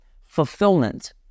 Fulfillment